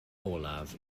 olaf